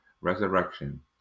resurrection